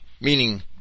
meaning